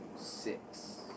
six